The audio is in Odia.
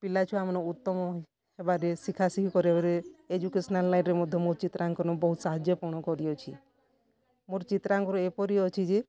ପିଲା ଛୁଆମାନଙ୍କୁ ଉତ୍ତମ ହେବାରେ ଶିଖା ଶିଖି କରେଇବାରେ ଏଜୁକେସନାଲ୍ ଲାଇନ୍ରେ ମଧ୍ୟ ମୋ ଚିତ୍ରାଙ୍କନ ବହୁତ୍ ସାହାଯ୍ୟ କ'ଣ କରିଅଛି ମୋର୍ ଚିତ୍ରାଙ୍କନ ଏପରି ଅଛି ଯେ